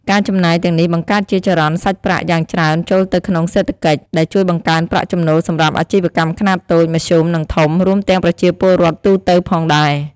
ការចំណាយទាំងនេះបង្កើតជាចរន្តសាច់ប្រាក់យ៉ាងច្រើនចូលទៅក្នុងសេដ្ឋកិច្ច ដែលជួយបង្កើនប្រាក់ចំណូលសម្រាប់អាជីវកម្មខ្នាតតូច មធ្យម និងធំ រួមទាំងប្រជាពលរដ្ឋទូទៅផងដែរ។